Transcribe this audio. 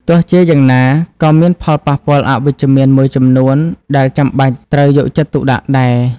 ទោះជាយ៉ាងណា ក៏មានផលប៉ះពាល់អវិជ្ជមានមួយចំនួនដែលចាំបាច់ត្រូវយកចិត្តទុកដាក់ដែរ។